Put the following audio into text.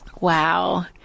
Wow